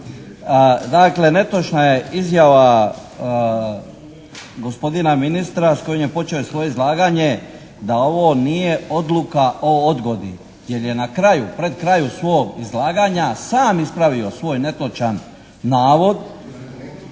Dakle netočna je izjava gospodina ministra s kojom je počeo svoje izlaganje da ovo nije odluka o odgodi. Jer je na kraju, pred kraju svog izlaganja sam ispravio svoj netočan navod